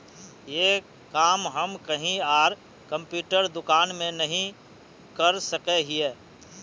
ये काम हम कहीं आर कंप्यूटर दुकान में नहीं कर सके हीये?